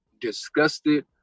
disgusted